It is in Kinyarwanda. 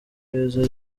beza